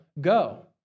go